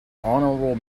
honorable